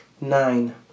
Nine